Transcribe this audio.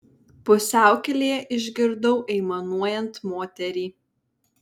pusiaukelėje išgirdau aimanuojant moterį